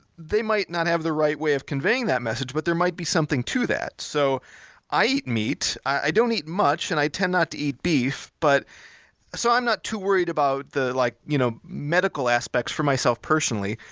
they might not have the right way of conveying that message, but there might be something to that. so i eat meat. i don't eat much and i tend not to eat beef, but so i'm not too worried about the like you know medical aspects for myself personally,